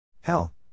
Hell